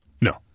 No